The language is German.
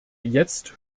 jetzt